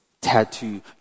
tattoo